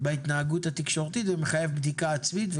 בהתנהגות התקשורתית ומחייב בדיקה עצמית.